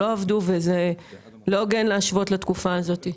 לא עבדו וזה לא הוגן להשוות לתקופה הזאת.